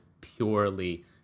purely